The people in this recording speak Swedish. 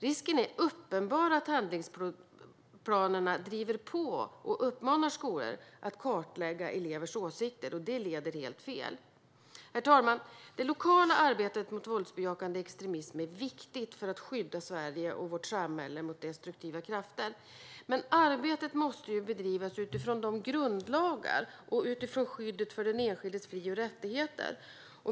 Risken är uppenbar att handlingsplanerna driver på och uppmanar skolor att kartlägga elevers åsikter, och det leder helt fel. Herr talman! Det lokala arbetet mot våldsbejakande extremism är viktigt för att skydda Sverige och vårt samhälle mot destruktiva krafter. Men arbetet måste bedrivas utifrån grundlagar och utifrån skyddet av den enskildes fri och rättigheter.